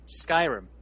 Skyrim